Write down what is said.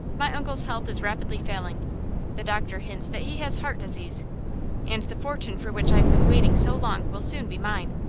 my uncle's health is rapidly failing the doctor hints that he has heart disease and the fortune for which i have been waiting so long will soon be mine,